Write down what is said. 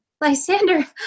Lysander